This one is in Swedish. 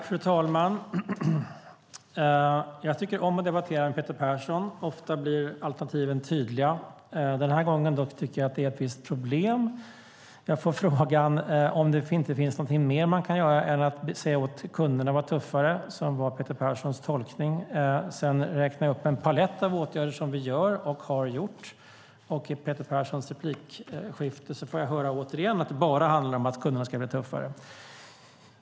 Fru talman! Jag tycker om att debattera med Peter Persson. Ofta blir alternativen tydliga. Denna gång tycker jag att det är ett visst problem. Jag får frågan om det inte finns något mer som man kan göra än att säga åt kunderna att vara tuffare, vilket var Peter Perssons tolkning. Jag räknade upp en palett av åtgärder som vi vidtar och har vidtagit. Men i Peter Perssons nästa inlägg får jag återigen höra att det bara handlar om att kunderna ska bli tuffare.